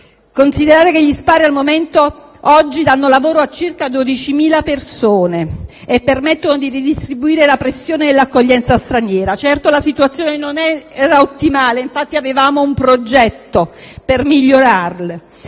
considerate che al momento gli SPRAR danno lavoro a circa 12.000 persone e permettono di redistribuire la pressione dell'accoglienza straniera. Certo, la situazione non era ottimale e, infatti, avevamo un progetto per migliorarli.